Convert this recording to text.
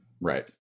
Right